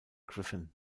griffin